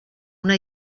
una